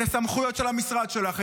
את הסמכויות של המשרד שלך,